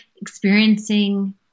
experiencing